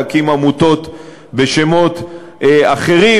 להקים עמותות בשמות אחרים,